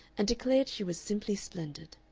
and declared she was simply splendid.